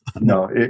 No